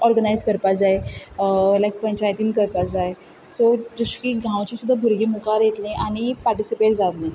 organise करपा जाय लायक पंचायतीन करपा जाय सो जशें की गांवचीं सुद्दां भुरगीं मुखार येतलीं आनी पार्टिसीपेट जातलीं